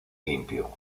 limpio